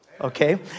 Okay